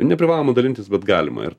neprivaloma dalintis bet galima ir